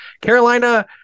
Carolina